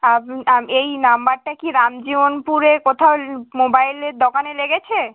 up আপ এই নম্বরটা কি রামজীবনপুরের কোথাল মোবাইলের দোকানে লেগেছে